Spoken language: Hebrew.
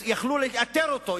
יכלו לאתר אותו,